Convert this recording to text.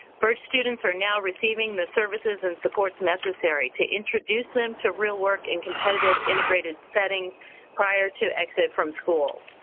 birch students are not receiving the services and supports necessary to introduce them to real work in competitive, integrated settings prior to exit from schools.